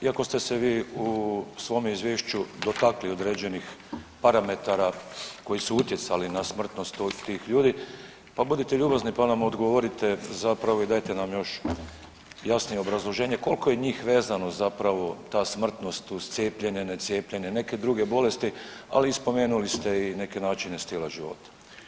Iako ste se vi u svome izvješću dotakli određenih parametara koji su utjecali na smrtnost tih ljudi, pa budite ljubazni pa nam odgovorite zapravo i dajte nam još jasnije obrazloženje koliko je njih vezano zapravo ta smrtnost uz cijepljenje, necijepljenje, neke druge bolesti ali spomenuli ste i neke načine stila života.